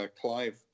Clive